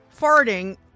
farting